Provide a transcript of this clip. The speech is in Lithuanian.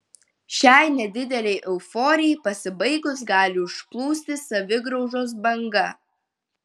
šiai nedidelei euforijai pasibaigus gali užplūsti savigraužos banga